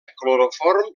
cloroform